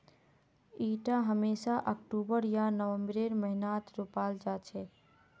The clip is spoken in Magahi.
इटा हमेशा अक्टूबर या नवंबरेर महीनात रोपाल जा छे